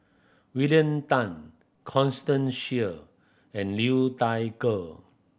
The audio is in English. William Tan Constance Sheare and Liu Thai Ker